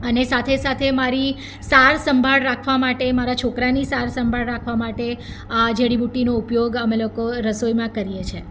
અને સાથે સાથે મારી સારસંભાળ રાખવા માટે મારા છોકરાની સારસંભાળ રાખવા માટે આ જડીબુટ્ટીનો ઉપયોગ અમે લોકો રસોઈમાં કરીએ છે